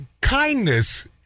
kindness